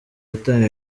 gutanga